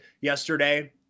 yesterday